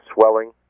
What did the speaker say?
swelling